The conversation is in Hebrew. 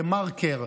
דה-מרקר,